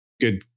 good